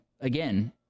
again